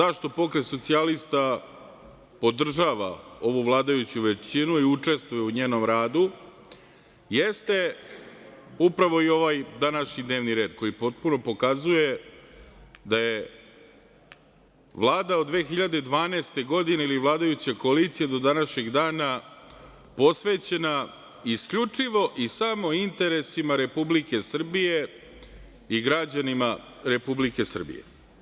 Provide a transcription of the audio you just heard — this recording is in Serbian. Razlog zašto Pokret Socijalista podržava ovu vladajuću većinu i učestvuje u njenom radu, jeste upravo i ovaj današnji dnevni red koji potpuno pokazuje da je Vlada od 2012. godine ili vladajuća koalicija do današnjeg dana posvećena isključivo i samo interesima Republike Srbije i građanima Republike Srbije.